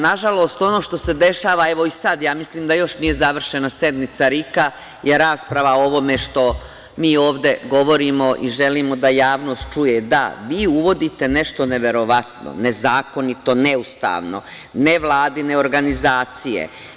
Nažalost, ono što se dešava, evo i sad, ja mislim da još nije završena sednica RIK-a, rasprava o ovome što mi ovde govorimo i želimo da javnost čuje, da, vi uvodite nešto neverovatno, nezakonito, neustavno - nevladine organizacije.